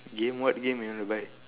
game what game you want to buy